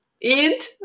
eat